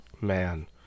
man